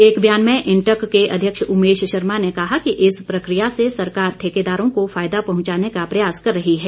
एक ब्यान में इंटक के अध्यक्ष उमेश शर्मा ने कहा कि इस प्रक्रिया से सरकार ठेकेदारों को फायदा पहुंचाने का प्रयास कर रही है